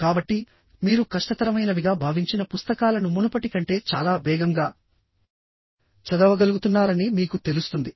కాబట్టి మీరు కష్టతరమైనవిగా భావించిన పుస్తకాలను మునుపటి కంటే చాలా వేగంగా చదవగలుగుతున్నారని మీకు తెలుస్తుంది